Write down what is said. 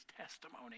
testimony